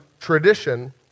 tradition